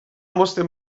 mozten